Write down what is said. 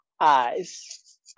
eyes